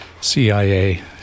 CIA